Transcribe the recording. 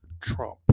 Trump